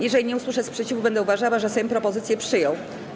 Jeżeli nie usłyszę sprzeciwu, będę uważała, że Sejm propozycję przyjął.